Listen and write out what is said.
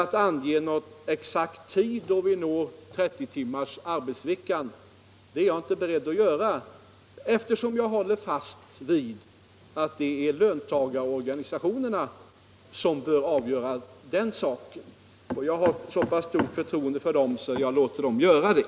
Att ange någon exakt tid då vi når 30 timmars arbetsvecka är jag inte beredd att göra, eftersom jag håller fast vid att det är löntagarorganisationerna som bör avgöra den saken. Jag har så pass stort förtroende för dem att jag låter dem göra det.